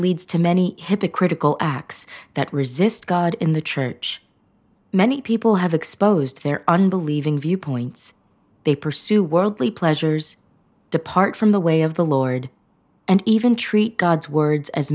leads to many hypocritical acts that resist god in the church many people have exposed their unbelieving viewpoints they pursue worldly pleasures depart from the way of the lord and even treat god's words as